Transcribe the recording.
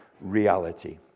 reality